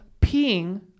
peeing